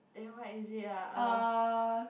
then what is it ah uh